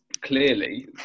clearly